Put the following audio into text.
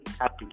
happy